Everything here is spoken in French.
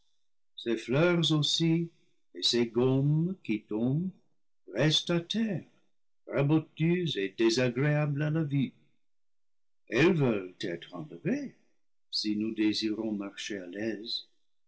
ces fleurs aussi et ces gommes qui tombent restent à terre raboteuses et désagréables à la vue elles veulent être enlevées si nous désirons marcher à l'aise